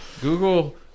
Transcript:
Google